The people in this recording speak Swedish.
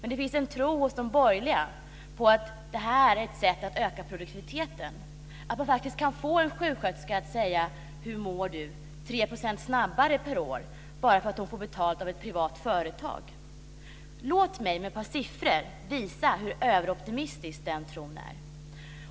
Det finns en tro hos de borgerliga att privatiseringar är ett sätt att öka produktiviteten, att man kan få en sjuksköterska att fråga hur någon mår 3 % snabbare per år bara för att hon får betalat av ett privat företag. Låt mig med några siffror visa hur överoptimistisk den tron är.